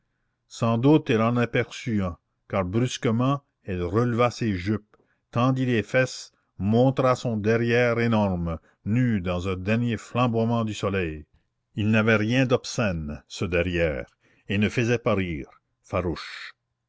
sans doute elle en aperçut un car brusquement elle releva ses jupes tendit les fesses montra son derrière énorme nu dans un dernier flamboiement du soleil il n'avait rien d'obscène ce derrière et ne faisait pas rire farouche